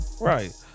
Right